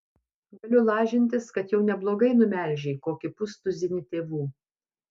galiu lažintis kad jau neblogai numelžei kokį pustuzinį tėvų